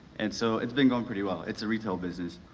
and so it's being going pretty well. it's a retail business,